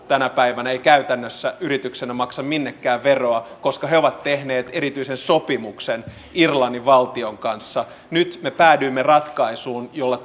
tänä päivänä käytännössä yrityksenä maksa minnekään veroa koska he ovat tehneet erityisen sopimuksen irlannin valtion kanssa nyt me päädyimme ratkaisuun jolla